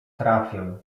trafię